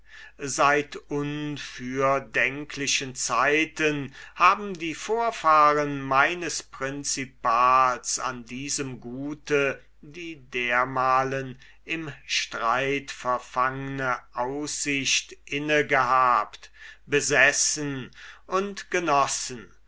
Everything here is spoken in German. seit unfürdenklichen zeiten haben die vorfahren meines principals an diesem gute die dermalen im streit verfangne aussicht inne gehabt besessen und genossen